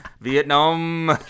Vietnam